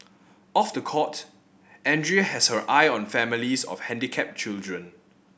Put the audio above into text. off the court Andrea has her eye on families of handicapped children